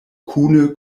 kune